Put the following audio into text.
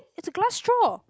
it's a glass straw